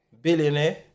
billionaire